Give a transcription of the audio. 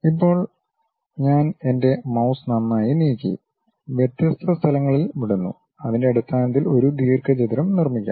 ഇപ്പോൾ ഞാൻ എന്റെ മൌസ് നന്നായി നീക്കി വ്യത്യസ്ത സ്ഥലങ്ങളിൽ വിടുന്നു അതിന്റെ അടിസ്ഥാനത്തിൽ ഒരു ദീർഘചതുരം നിർമ്മിക്കാം